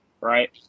right